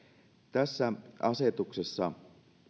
tässä asetuksessa